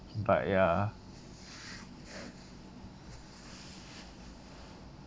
but ya